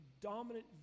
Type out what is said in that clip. dominant